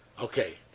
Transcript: Okay